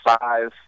five